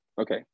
Okay